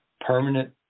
permanent